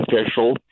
official